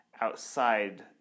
outside